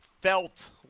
felt